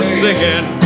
singing